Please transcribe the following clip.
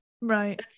right